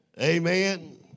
Amen